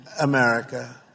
America